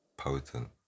Potent